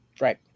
Right